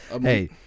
Hey